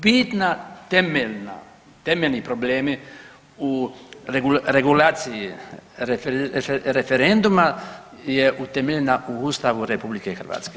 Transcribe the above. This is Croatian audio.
Bitni temeljni problemi u regulaciji referenduma je utemeljena u Ustavu RH.